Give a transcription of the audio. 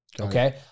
Okay